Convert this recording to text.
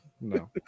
No